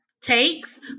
takes